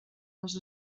les